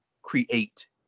create